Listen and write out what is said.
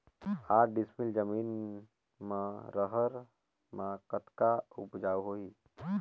साठ डिसमिल जमीन म रहर म कतका उपजाऊ होही?